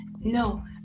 No